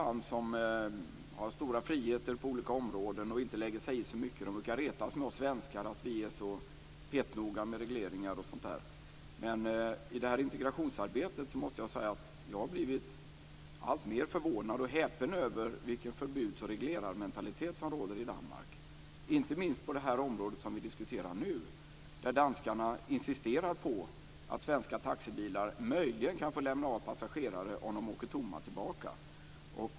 Man har stora friheter på olika områden och lägger sig inte i så mycket. De brukar retas med oss svenskar för att vi är så petnoga med regleringar och sådant. Men i integrationsarbetet måste jag säga att jag blivit alltmer förvånad och häpen över vilken förbuds och reglerarmentalitet som råder i Danmark. Inte minst på det område som vi diskuterar nu, där danskarna insisterar på att svenska taxibilar möjligen kan få lämna av passagerare om de åker tomma tillbaka.